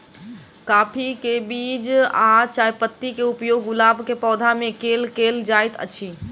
काफी केँ बीज आ चायपत्ती केँ उपयोग गुलाब केँ पौधा मे केल केल जाइत अछि?